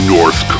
North